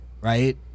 right